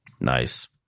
Nice